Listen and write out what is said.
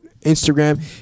instagram